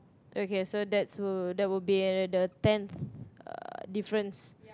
okay so that's would that will be the tenth uh difference